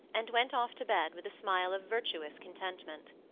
and went off to bed with a smile of virtuous contentment.